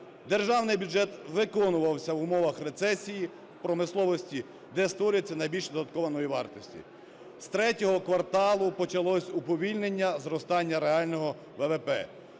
державний бюджет виконувався в умовах рецесії в промисловості, де створюється найбільше доданої вартості. З III кварталу почалося уповільнення зростання реального ВВП.